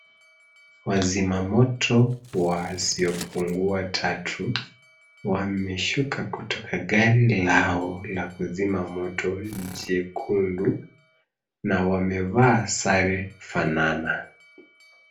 Wazima moto wasiopungua tatu wameshuka kutoka gari lao la kuzima moto jekundu na wamevaa sare fanana.